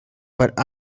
but